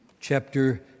Chapter